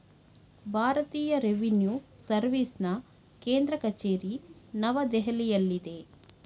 ಭಾರತೀಯ ರೆವಿನ್ಯೂ ಸರ್ವಿಸ್ನ ಕೇಂದ್ರ ಕಚೇರಿ ನವದೆಹಲಿಯಲ್ಲಿದೆ